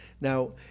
Now